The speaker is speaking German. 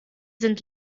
sind